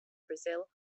brazil